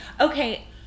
okay